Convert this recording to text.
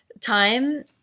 time